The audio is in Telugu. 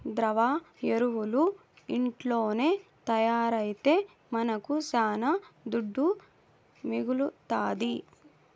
ద్రవ ఎరువులు ఇంట్లోనే తయారైతే మనకు శానా దుడ్డు మిగలుతాది